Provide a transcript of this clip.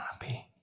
happy